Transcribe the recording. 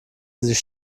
sich